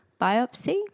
biopsy